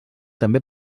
també